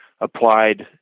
applied